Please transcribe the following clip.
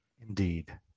Indeed